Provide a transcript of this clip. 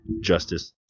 justice